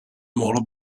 mohlo